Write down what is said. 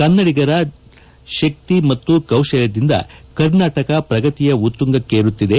ಕನ್ನಡಿಗರ ಜನ ಶಕ್ತಿ ಮತ್ತು ಕೌಶಲ್ಯದಿಂದ ಕರ್ನಾಟಕ ಪ್ರಗತಿಯ ಉತ್ತುಂಗಕ್ಕೇರುತ್ತಿದೆ